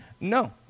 No